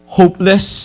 hopeless